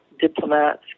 diplomats